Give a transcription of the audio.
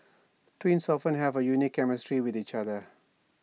twins often have A unique chemistry with each other